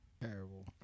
Terrible